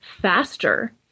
faster